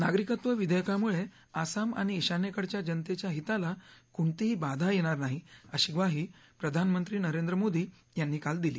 नागरिकत्व विधेयकामुळे आसाम आणि ईशान्येकडच्या जनतेच्या हिताला कोणतीही बाधा येणार नाही अशी ग्वाही प्रधानमंत्री नरेंद्र मोदी यांनी काल दिली